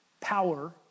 power